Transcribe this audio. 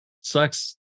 Sucks